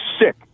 sick